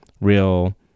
real